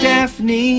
Daphne